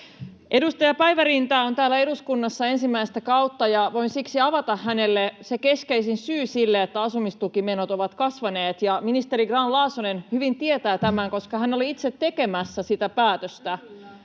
Edustaja Päivärinta on täällä eduskunnassa ensimmäistä kautta, ja voin siksi avata hänelle sen keskeisimmän syyn sille, että asumistukimenot ovat kasvaneet. [Susanne Päivärinnan välihuuto] Ministeri Grahn-Laasonen hyvin tietää tämän, koska hän oli itse tekemässä sitä päätöstä,